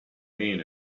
mean